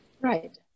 Right